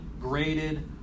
graded